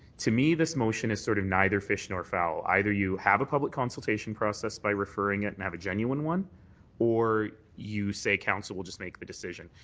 to me, this motion is sort of neither fish nor fowl. either you have a public consultation process by referring it and have a genuine one or you say council will just make the decision.